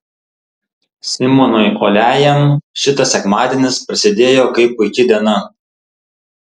simonui uoliajam šitas sekmadienis prasidėjo kaip puiki diena